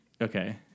okay